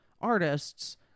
artists